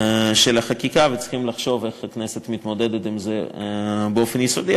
לחשוב איך הכנסת מתמודדת עם זה באופן יסודי,